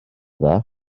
dda